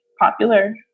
popular